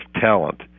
talent